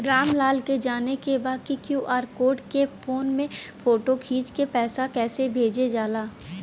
राम लाल के जाने के बा की क्यू.आर कोड के फोन में फोटो खींच के पैसा कैसे भेजे जाला?